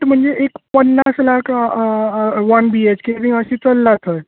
rate म्हणजे एक पन्नास lakh one B H K अशीं चल्ला थंय